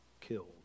killed